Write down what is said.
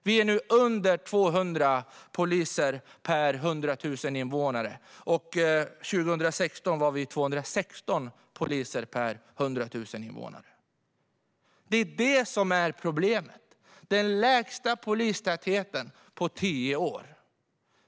Vi har nu under 200 poliser per 100 000 invånare, och 2016 hade vi 216 poliser per 100 000 invånare. Det som är problemet är att vi har den lägsta polistätheten på tio år.